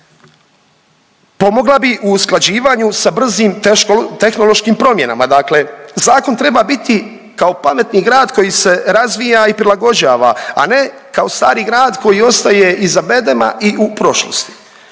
pomogla bi u usklađivanju sa brzim tehnološkim promjenama, dakle zakon treba biti kao pametni grad koji se razvija i prilagođava, a ne kao stari grad koji ostaje iza bedema i u prošlosti